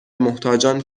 محتاجان